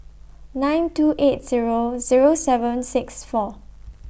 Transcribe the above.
nine two eight Zero Zero seven six four